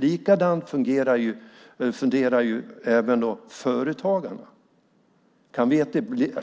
Företagarna funderar också över om de kan